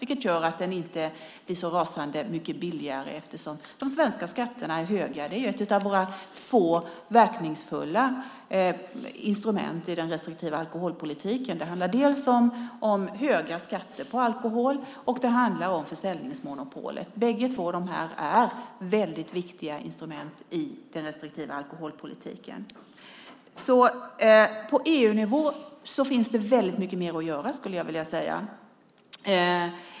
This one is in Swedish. Det gör att den inte blir så rasande mycket billigare, eftersom de svenska skatterna är höga. Det är ett av våra två verkningsfulla instrument i den restriktiva alkoholpolitiken. Det handlar om höga skatter på alkohol, och det handlar om försäljningsmonopolet. Båda två är väldigt viktiga instrument i den restriktiva alkoholpolitiken. På EU-nivå finns det väldigt mycket mer att göra, skulle jag vilja säga.